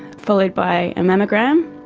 followed by a mammogram,